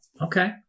Okay